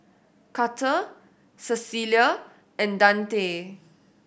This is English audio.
Karter Cecelia and Dante